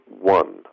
one